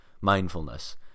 mindfulness